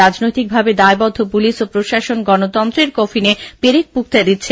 রাজনৈতিকভাবে দায়বদ্ধ পুলিশ ও প্রশাসন গণতন্ত্রের কফিনে পেরেক ঠুকে দিচ্ছে